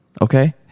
Okay